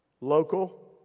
Local